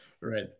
Right